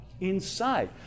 inside